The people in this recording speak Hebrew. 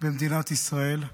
במדינת ישראל.